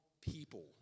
people